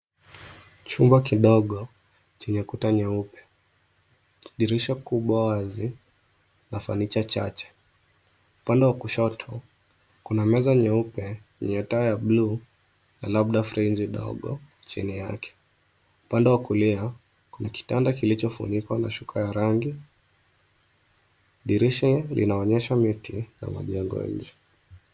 Chumba kidogo chenye kuta nyeupe, dirisha kubwa wazi na fanicha chache. Upande wa kushoto kuna meza nyeupe yenye taa ya buluu na labda friji dogo chini yake. Upande wa kulia kuna kitanda kilichofunikwa na shuka ya rangi. Dirisha linaonyesha miti na majengo ya nje.